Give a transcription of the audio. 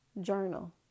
journal